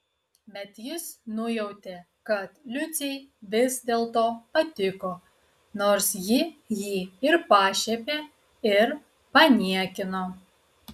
bet jis nujautė kad liucei vis dėlto patiko nors ji jį ir pašiepė ir paniekino